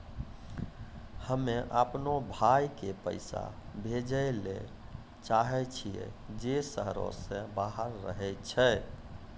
हम्मे अपनो भाय के पैसा भेजै ले चाहै छियै जे शहरो से बाहर रहै छै